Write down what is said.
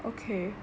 okay